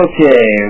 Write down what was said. Okay